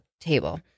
table